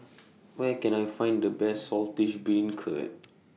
Where Can I Find The Best Saltish Beancurd